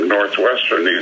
Northwestern